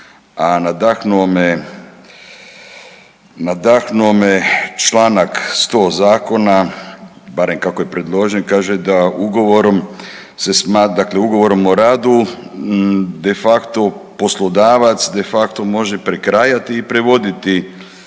nadahnuo me je čl. 100. zakona, barem kako je predložen, kaže da ugovorom o radu de facto poslodavac, de facto može prekrajati i prevoditi